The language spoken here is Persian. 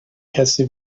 کسی